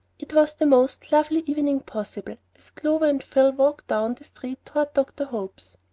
it was the most lovely evening possible, as clover and phil walked down the street toward dr. hope's.